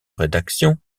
rédaction